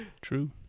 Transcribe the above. True